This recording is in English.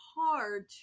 hard